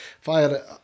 fire